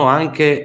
anche